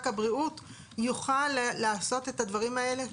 הבריאות יוכל לעשות את הדברים האלה?